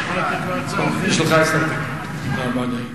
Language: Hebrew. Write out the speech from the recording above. הצעות לסדר-היום באותו נושא,